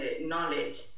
knowledge